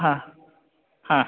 हा हा